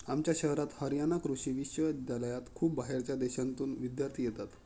आमच्या शहरात हरयाणा कृषि विश्वविद्यालयात खूप बाहेरच्या देशांतून विद्यार्थी येतात